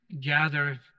gather